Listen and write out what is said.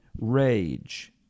rage